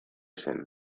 zen